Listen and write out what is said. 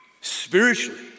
spiritually